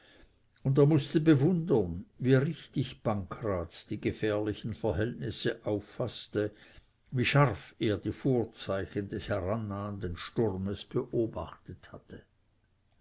und er mußte bewundern wie richtig pancraz die gefährlichen verhältnisse auffaßte wie scharf er die vorzeichen des herannahenden sturmes beobachtet hatte